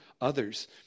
others